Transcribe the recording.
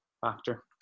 factor